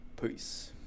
Peace